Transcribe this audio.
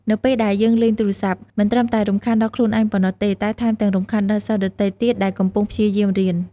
នៅពេលដែលយើងលេងទូរស័ព្ទមិនត្រឹមតែរំខានដល់ខ្លួនឯងប៉ុណ្ណោះទេ តែថែមទាំងរំខានដល់សិស្សដទៃទៀតដែលកំពុងព្យាយាមរៀន។